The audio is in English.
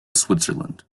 switzerland